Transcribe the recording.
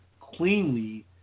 cleanly